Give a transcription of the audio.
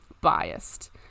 biased